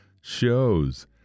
shows